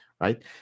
right